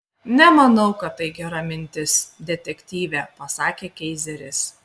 nemanau kad tai gera mintis detektyve pasakė keizeris